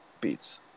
beats